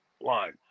line